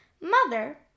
Mother